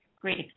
great